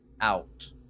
out